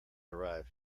arrive